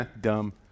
Dumb